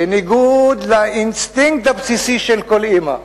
בניגוד לאינסטינקט הבסיסי של כל אמא,